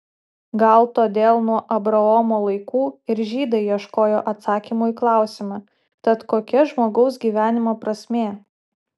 gal todėl nuo abraomo laikų ir žydai ieškojo atsakymų į klausimą tad kokia žmogaus gyvenimo prasmė